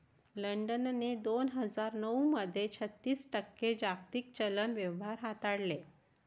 लंडनने दोन हजार नऊ मध्ये छत्तीस टक्के जागतिक चलन व्यवहार हाताळले